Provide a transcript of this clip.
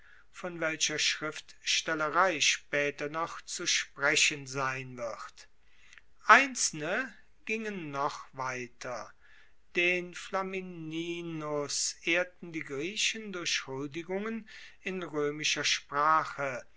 von welcher schriftstellerei spaeter noch zu sprechen sein wird einzelne gingen noch weiter den flamininus ehrten die griechen durch huldigungen in roemischer sprache